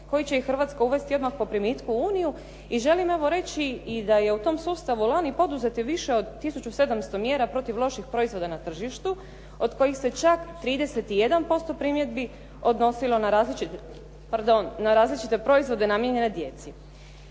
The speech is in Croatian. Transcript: koji će i Hrvatska uvesti odmah po primitku u Uniju i želim evo reći i da je u tom sustavu lani poduzeto više od 1700 mjera protiv loših proizvoda na tržištu od kojih se čak 31% primjedbi odnosilo na različite proizvode namijenjene djeci.